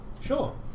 Sure